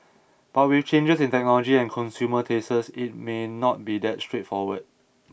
but with changes in technology and consumer tastes it may not be that straightforward